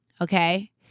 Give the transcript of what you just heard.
Okay